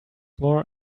more